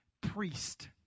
priest